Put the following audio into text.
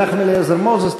מנחם אליעזר מוזס,